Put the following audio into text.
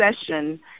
session